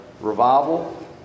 revival